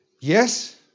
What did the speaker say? Yes